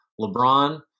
LeBron